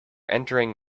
entering